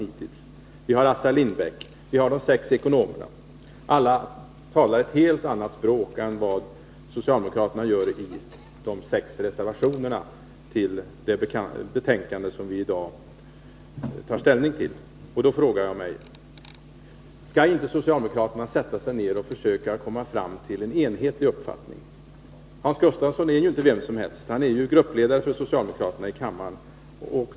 Jag kan vidare nämna Assar Lindbeck och de sex ekonomerna — alla talar ett helt annat språk än vad socialdemokraterna gör i de sex reservationerna till det betänkande som vi i dag har att ta ställning till. Borde inte socialdemokraterna sätta sig ned och försöka komma fram till en enhetlig uppfattning? Hans Gustafsson är ju inte vem som helst. Han är gruppledare för socialdemokraterna här i kammaren.